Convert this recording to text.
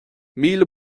míle